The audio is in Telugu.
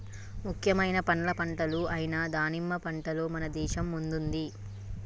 ముఖ్యమైన పండ్ల పంటలు అయిన దానిమ్మ పంటలో మన దేశం ముందుంది